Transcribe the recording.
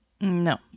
No